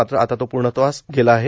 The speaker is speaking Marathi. मात्र आता तो पूर्णत्वास गेला आहे